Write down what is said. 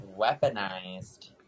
weaponized